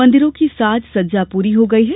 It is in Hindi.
मंदिरों की साज सज्जा पूरी होगयी है